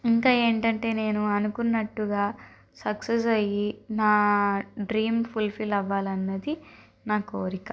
ఇంకా ఏంటంటే నేను అనుకున్నట్టుగా సక్సస్ అయ్యి నా డ్రీమ్ ఫుల్ ఫీల్ అవ్వాలన్నది నా కోరిక